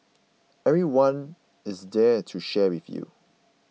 everyone is there to share with you